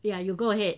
yeah you go ahead